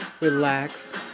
relax